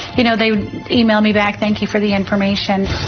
you know, they email me back. thank you for the information